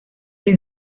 been